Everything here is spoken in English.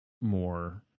more